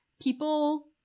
people